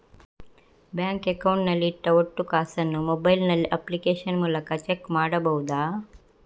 Bank account ನಲ್ಲಿ ಇಟ್ಟ ಒಟ್ಟು ಕಾಸನ್ನು ಮೊಬೈಲ್ ನಲ್ಲಿ ಅಪ್ಲಿಕೇಶನ್ ಮೂಲಕ ಚೆಕ್ ಮಾಡಬಹುದಾ?